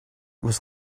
was